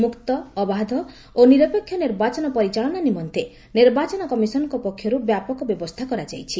ମୁକ୍ତ ଅବାଧ ଓ ନିରପେକ୍ଷ ନିର୍ବାଚନ ପରିଚାଳନା ନିମନ୍ତେ ନିର୍ବାଚନ କମିଶନଙ୍କ ପକ୍ଷରୂ ବ୍ୟାପକ ବ୍ୟବସ୍ଥା କରାଯାଇଛି